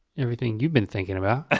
everything you've been thinking about.